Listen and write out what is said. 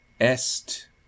est